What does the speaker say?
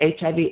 HIV